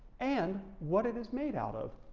and what it is made out of.